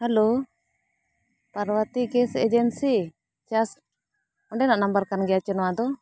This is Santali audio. ᱦᱮᱞᱳ ᱯᱟᱨᱵᱚᱛᱤ ᱜᱮᱥ ᱮᱡᱮᱱᱥᱤ ᱪᱟᱥ ᱚᱸᱰᱮᱱᱟᱜ ᱱᱟᱢᱵᱟᱨ ᱠᱟᱱ ᱜᱮᱭᱟ ᱥᱮ ᱱᱚᱣᱟ ᱫᱚ